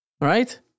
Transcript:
Right